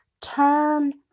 turn